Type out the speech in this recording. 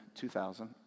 2000